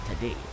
today